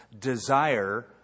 desire